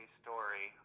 story